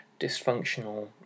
dysfunctional